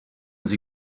sie